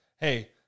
Hey